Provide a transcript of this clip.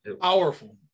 powerful